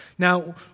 Now